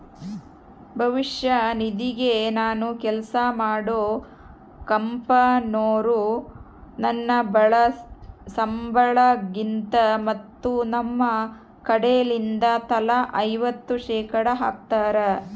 ಭವಿಷ್ಯ ನಿಧಿಗೆ ನಾನು ಕೆಲ್ಸ ಮಾಡೊ ಕಂಪನೊರು ನನ್ನ ಸಂಬಳಗಿಂದ ಮತ್ತು ತಮ್ಮ ಕಡೆಲಿಂದ ತಲಾ ಐವತ್ತು ಶೇಖಡಾ ಹಾಕ್ತಾರ